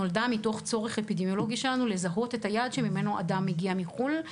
נולד מתוך צורך אפידמיולוגי שלנו לזהות את היעד שממנו אדם מגיע מחו"ל,